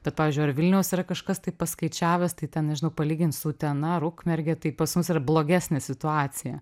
bet pavyzdžiui ar vilniaus yra kažkas taip paskaičiavęs tai ten nežinau palygint su utena ar ukmerge tai pas mus yra blogesnė situacija